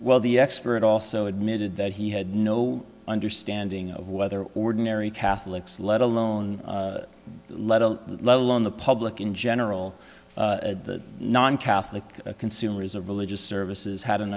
well the expert also admitted that he had no understanding of whether ordinary catholics let alone let alone let alone the public in general the non catholic consumers of religious services had an